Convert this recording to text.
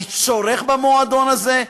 אני צורך במועדון הזה,